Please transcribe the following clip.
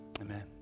Amen